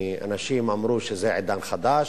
אנשים אמרו שזה עידן חדש.